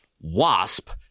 wasp